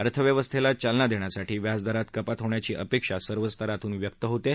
अर्थव्यवस्थेला चालना देण्यासाठी व्याजदरात कपात होण्याची अपेक्षा सर्व स्तरातून व्यक्त होत आहे